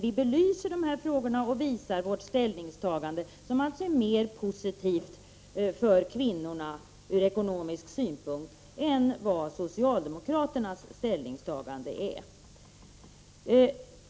Däremot belyser vi sådana här frågor och visar på vårt ställningstagande, vilket alltså är mera positivt för kvinnorna än socialdemokraternas ställningstagande är.